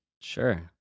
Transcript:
Sure